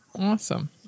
Awesome